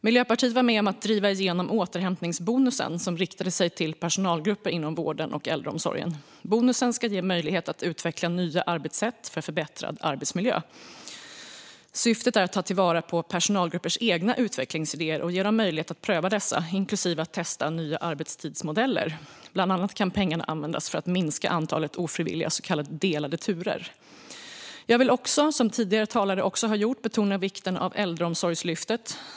Miljöpartiet var med om att driva igenom återhämtningsbonusen, som riktade sig till personalgrupper inom vården och äldreomsorgen. Bonusen ska ge möjlighet att utveckla nya arbetssätt för förbättrad arbetsmiljö. Syftet är att ta till vara på personalgruppers egna utvecklingsidéer och ge dem möjlighet att pröva dessa, inklusive att testa nya arbetstidsmodeller. Bland annat kan pengarna användas för att minska antalet ofrivilligt så kallade delade turer. Jag vill också, som även tidigare talare har gjort, betona vikten av Äldreomsorgslyftet.